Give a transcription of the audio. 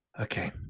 Okay